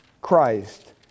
Christ